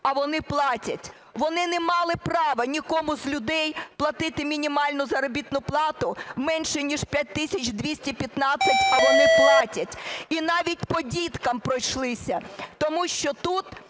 а вони платять. Вони не мали права нікому з людей платити мінімальну заробітну плату менше ніж 5 тисяч 215, а вони платять. І навіть по діткам пройшлися, тому що тут